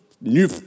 New